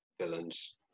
villains